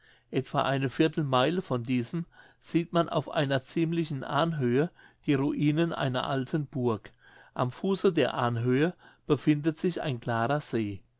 etwa eine viertelmeile von diesem sieht man auf einer ziemlichen anhöhe die ruinen einer alten burg am fuße der anhöhe befindet sich ein klarer see